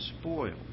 spoil